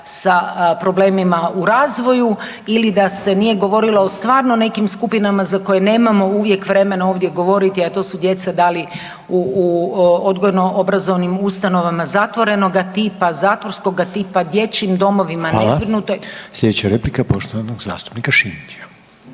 s problemima u razvoju ili da se nije govorilo o stvarno nekim skupinama za koje nemamo uvijek vremena ovdje govoriti, a to su djeca da li u odgojnoobrazovnim ustanovama zatvorenoga tipa, zatvorskoga tipa, dječjim domovima, nezbrinutoj. **Reiner, Željko (HDZ)** Hvala. Sljedeća replika je poštovanog zastupnika Šimića.